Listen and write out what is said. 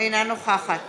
אינה נוכחת